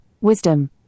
Wisdom